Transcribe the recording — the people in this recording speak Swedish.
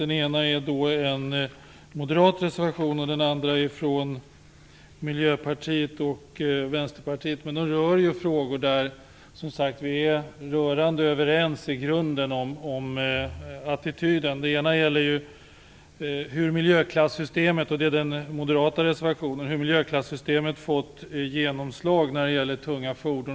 Den ena är moderat, och den andra är från Miljöpartiet och Vänsterpartiet, men de rör frågor där vi i grunden är rörande överens om attityden. Den moderata reservationen gäller miljöklassystemets genomslag på tunga fordon.